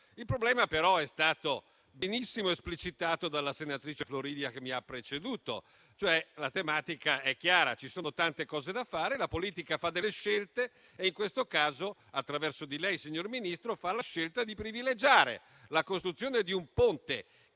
Il problema però è stato benissimo esplicitato dalla senatrice Floridia che mi ha preceduto. La tematica è chiara: ci sono tante cose da fare, la politica fa delle scelte e in questo caso attraverso di lei, signor Ministro, fa la scelta di privilegiare la costruzione di un ponte,